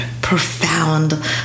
profound